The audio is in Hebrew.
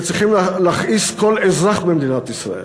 וצריכים להכעיס כל אזרח במדינת ישראל.